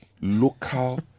local